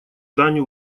дань